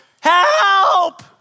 Help